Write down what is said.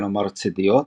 כלומר צידיות,